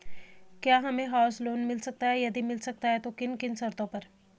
क्या हमें house loan मिल सकता है यदि मिल सकता है तो किन किन शर्तों पर?